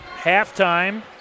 Halftime